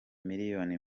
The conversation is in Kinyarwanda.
miliyoni